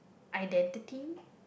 identity